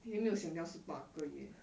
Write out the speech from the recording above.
又没有想要是八个月